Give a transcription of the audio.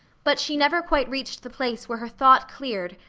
but she never quite reached the place where her thought cleared,